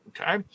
Okay